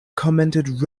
commented